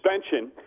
suspension